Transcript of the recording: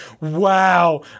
Wow